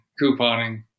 couponing